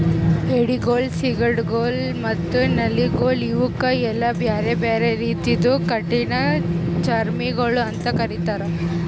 ಏಡಿಗೊಳ್, ಸೀಗಡಿಗೊಳ್ ಮತ್ತ ನಳ್ಳಿಗೊಳ್ ಇವುಕ್ ಎಲ್ಲಾ ಬ್ಯಾರೆ ಬ್ಯಾರೆ ರೀತಿದು ಕಠಿಣ ಚರ್ಮಿಗೊಳ್ ಅಂತ್ ಕರಿತ್ತಾರ್